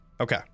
okay